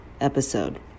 episode